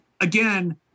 again